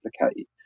replicate